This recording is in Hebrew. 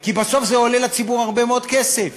כי בסוף זה עולה לציבור הרבה מאוד כסף.